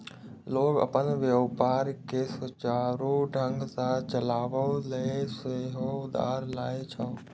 लोग अपन व्यापार कें सुचारू ढंग सं चलाबै लेल सेहो उधार लए छै